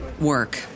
work